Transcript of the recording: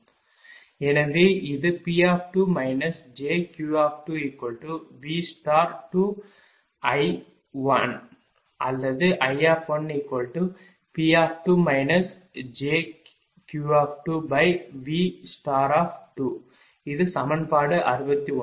எனவே இது P2 jQ2V2I அல்லது I1P2 jQ2V2 இது சமன்பாடு 61